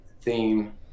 theme